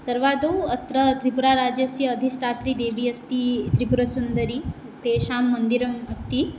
सर्वादौ अत्र त्रिपुराराज्यस्य अधिष्ठात्री देवी अस्ति त्रिपुरसुन्दरी तेषां मन्दिरम् अस्ति